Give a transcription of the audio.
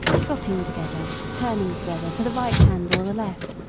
trotting together, turning together, to the right hand or the left,